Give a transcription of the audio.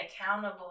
accountable